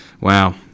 Wow